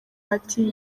bati